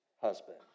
husband